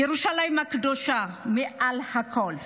ירושלים הקדושה מעל הכול,